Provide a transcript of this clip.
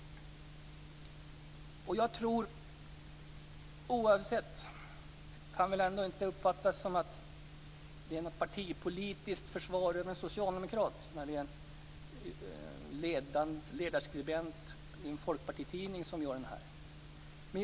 "Som lojal ämbetsman tjänade han olika regeringar." Det kan väl inte uppfattas som ett partipolitiskt försvar av en socialdemokrat, när det är en ledarskribent i en folkpartitidning som skriver det.